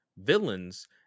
villains